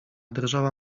drżała